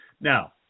Now